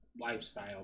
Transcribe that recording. lifestyle